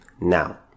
now